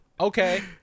okay